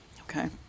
Okay